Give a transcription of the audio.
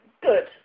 good